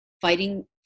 fighting